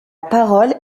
parole